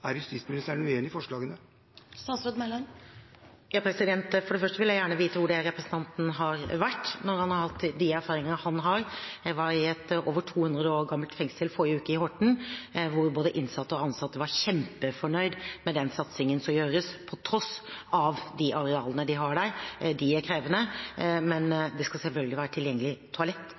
Er justisministeren uenig i forslagene? For det første vil jeg gjerne vite hvor representanten Eide har vært når han har de erfaringene han har. Jeg var i et over 200 år gammelt fengsel i forrige uke, i Horten, hvor både de innsatte og de ansatte var kjempefornøyd med den satsingen som gjøres, på tross av de arealene de har der – de er krevende. Det skal selvfølgelig være tilgjengelig toalett